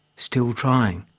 still trying.